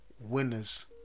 Winners